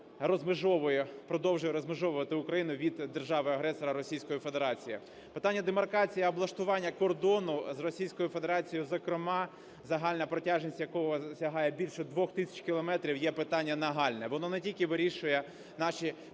розмежовує, продовжує розмежовувати Україну від держави-агресора - Російської Федерації. Питання демаркації, облаштування кордону з Російською Федерацією, зокрема загальна протяжність якого сягає більше 2 тисяч кілометрів, є питання нагальне. Воно не тільки вирішує наші